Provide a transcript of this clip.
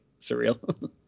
surreal